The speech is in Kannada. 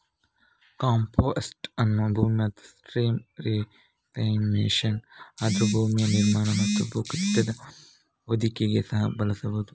ಕಾಂಪೋಸ್ಟ್ ಅನ್ನು ಭೂಮಿ ಮತ್ತು ಸ್ಟ್ರೀಮ್ ರಿಕ್ಲೇಮೇಶನ್, ಆರ್ದ್ರ ಭೂಮಿ ನಿರ್ಮಾಣ ಮತ್ತು ಭೂಕುಸಿತದ ಹೊದಿಕೆಗೆ ಸಹ ಬಳಸಬಹುದು